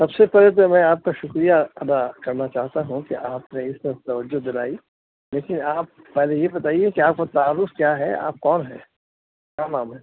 سب سے پہلے تو میں آپ کا شکریہ ادا کرنا چاہتا ہوں کہ آپ نے اس طرف توجہ دلائی لیکن آپ پہلے یہ بتائیے کہ آپ کا تعارف کیا ہے آپ کون ہیں کیا نام ہے